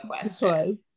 question